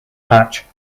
patch